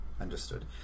understood